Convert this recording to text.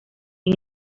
sin